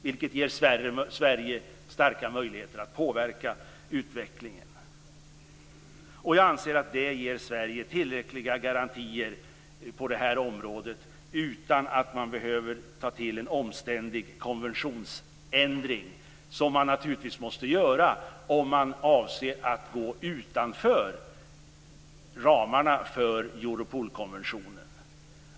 Det ger Sverige starka möjligheter att påverka utvecklingen. Jag anser att detta ger Sverige tillräckliga garantier på området utan att man behöver ta till en omständlig konventionsändring, vilket man naturligtvis måste göra om man avser att gå utanför ramarna för Europolkonventionen.